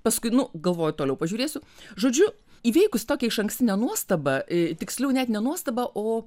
paskui nu galvoju toliau pažiūrėsiu žodžiu įveikusi tokią išankstinę nuostabą ė tiksliau net ne nuostabą o